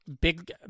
big